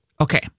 Okay